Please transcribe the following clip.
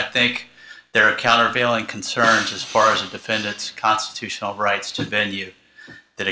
i think there are countervailing concerns as far as the defendant's constitutional rights to venue that